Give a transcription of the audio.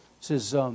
says